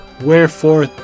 Wherefore